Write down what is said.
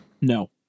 No